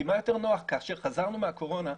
כאשר נחזור אחרי הקורונה,